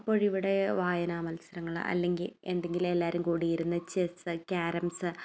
അപ്പോഴിവിടെ വായനാ മത്സരങ്ങൾ അല്ലെങ്കിൽ എന്തെങ്കിലും എല്ലാവരും കൂടിയിരുന്ന് ചെസ്സ് ക്യാരംസ്